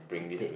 dictate